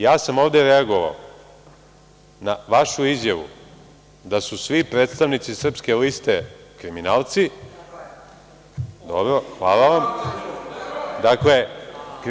Ja sam ovde reagovao na vašu izjavu da su svi predstavnici Srpske liste kriminalci … (Gordana Čomić: Tako je.